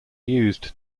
used